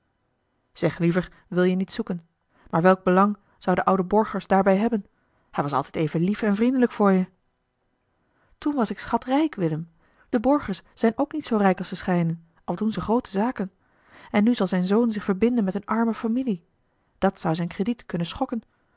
zeg liever wil je niet zoeken maar welk belang zou de oude borgers daarbij hebben hij was altijd even lief en vriendelijk voor je toen was ik schatrijk willem de borgers zijn ook niet zoo eli heimans willem roda rijk als ze schijnen al doen ze groote zaken en nu zal zijn zoon zich verbinden met eene arme familie dat zou zijn crediet kunnen schokken